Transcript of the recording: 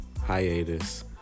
Hiatus